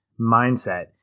mindset